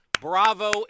Bravo